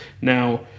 Now